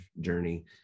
journey